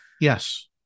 Yes